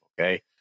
Okay